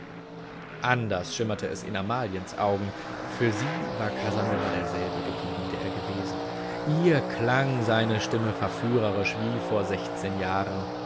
anders schimmerte es in amaliens augen für sie war casanova derselbe geblieben der er gewesen ihr klang seine stimme verführerisch wie vor sechzehn jahren